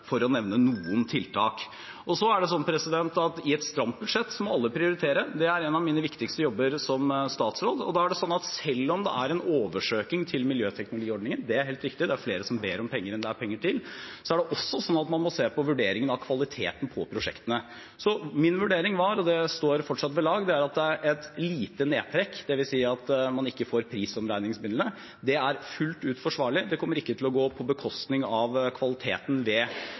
for å nevne noen tiltak. I et stramt budsjett må alle prioritere. Det er en av mine viktigste jobber som statsråd. Og da er det sånn at selv om det er en oversøking til miljøteknologiordningen – det er helt riktig: det er flere som ber om penger enn det er penger til – må man også se på vurderingen av kvaliteten på prosjektene. Så min vurdering var – og det står fortsatt ved lag – at et lite nedtrekk, dvs. at man ikke får prisomregningsmidlene, er fullt ut forsvarlig. Det kommer ikke til å gå på bekostning av kvaliteten ved